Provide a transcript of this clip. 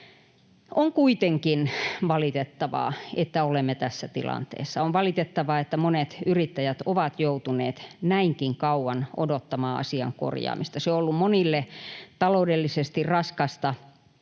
On kuitenkin valitettavaa, että olemme tässä tilanteessa. On valitettavaa, että monet yrittäjät ovat joutuneet näinkin kauan odottamaan asian korjaamista. Se on ollut monille taloudellisesti raskasta,